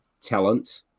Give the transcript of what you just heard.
talent